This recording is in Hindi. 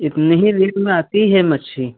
इतने ही रेट में आती है मच्छली